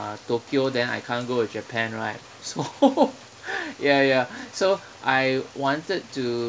uh tokyo then I can't go to japan right so ya ya so I wanted to